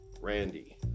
Randy